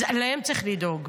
להם צריכים לדאוג,